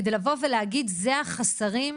כדי לבוא ולהגיד שאלה החוסרים,